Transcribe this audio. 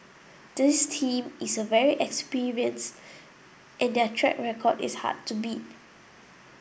this team is a very experienced and their track record is hard to beat